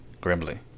grimly